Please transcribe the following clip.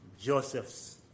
Joseph's